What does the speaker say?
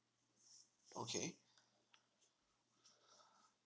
okay